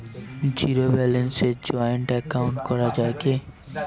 Zero ব্যালেন্সে joint account করা য়ায় কি?